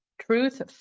Truth